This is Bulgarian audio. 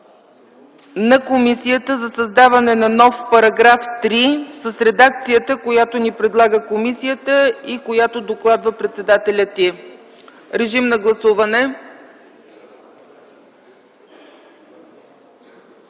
на комисията за създаване на нов § 3 с редакцията, която ни предлага комисията и която ни докладва председателят й. Гласували